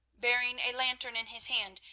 bearing a lantern in his hand,